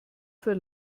für